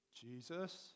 Jesus